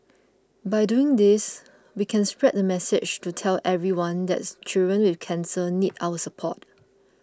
by doing this we can spread the message to tell everyone that children with cancer need our support